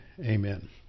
Amen